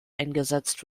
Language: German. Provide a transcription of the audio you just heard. eingesetzt